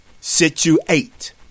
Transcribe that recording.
situate